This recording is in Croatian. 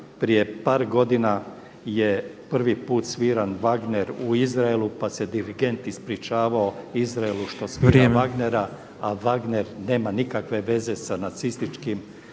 prije par godina je prvi put sviran Wagner u Izraelu, pa se dirigent ispričavao Izraelu što što svira Wagnera … …/Upadica predsjednik: